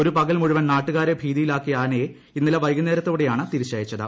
ഒരു പകൽ മുഴുവൻ നാട്ടുകാരെ ഭീതിയിലാക്കിയ ആനയെ ഇന്നലെ വൈകുന്നേരത്തോടെയാണ് തിരിച്ചയച്ചത്